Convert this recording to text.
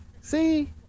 See